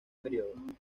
periodo